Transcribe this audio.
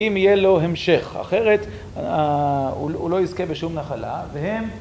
אם יהיה לו המשך, אחרת הוא לא יזכה בשום נחלה והם…